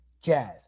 Jazz